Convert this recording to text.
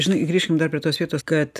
žinai grįžkim dar prie tos vietos kad